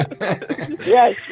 Yes